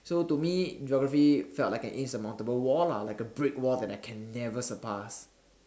so to me geography felt like an insurmountable wall lah like a brick wall that I can never surpass